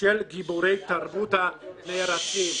של גיבורי תרבות הנערצים.